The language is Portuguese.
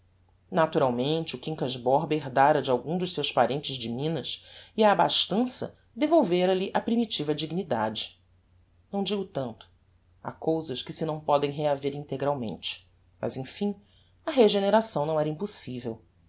naturalmente o quincas borba herdara de algum dos seus parentes de minas e a abastança devolvera lhe a primitiva dignidade não digo tanto ha cousas que se não podem rehaver integralmente mas emfim a regeneração não era impossivel